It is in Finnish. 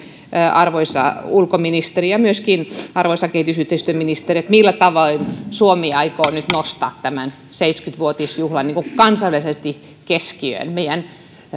arvoisa ulkoministeri ja myöskin arvoisa kehitysyhteistyöministeri millä tavoin suomi aikoo nyt nostaa tämän seitsemänkymmentä vuotisjuhlan niin kuin kansallisesti keskiöön meidän